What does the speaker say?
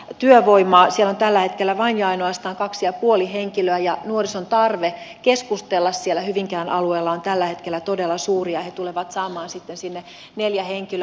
siellä on tällä hetkellä vain ja ainoastaan kaksi ja puoli henkilöä ja nuorison tarve keskustella siellä hyvinkään alueella on tällä hetkellä todella suuri ja he tulevat saamaan sitten sinne neljä henkilöä